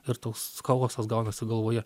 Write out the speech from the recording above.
ir toks chaosas gaunasi galvoje